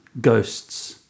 Ghosts